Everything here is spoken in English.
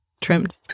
trimmed